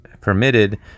permitted